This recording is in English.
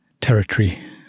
territory